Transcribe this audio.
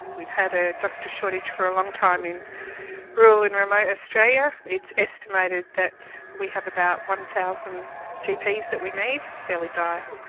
we've had a doctor shortage for a long time in rural and remote australia. it's estimated that we have about one thousand gps that we need. it's fairly dire.